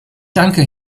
danke